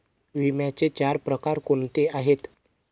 विम्याचे चार प्रकार कोणते आहेत?